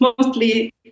mostly